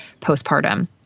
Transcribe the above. postpartum